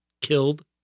killed